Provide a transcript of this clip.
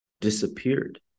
disappeared